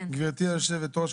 גברתי יושבת הראש,